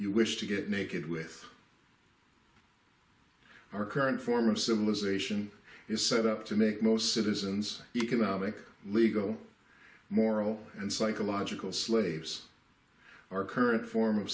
you wish to get naked with our current form of civilization is set up to make most citizens economic legal moral and psychological slaves our current form of